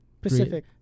Pacific